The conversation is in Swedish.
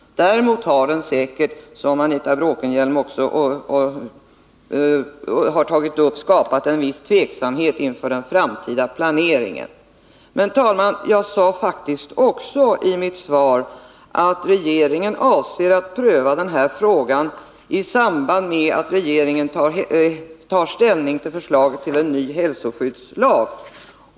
Däremot har den säkert, som Anita Bråkenhielm också har anfört, skapat en viss tveksamhet inför den framtida planeringen. Men, herr talman, jag sade faktiskt också i mitt svar att regeringen avser att pröva denna fråga i samband med att regeringen tar ställning till förslaget om en ny hälsoskyddslag.